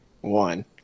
One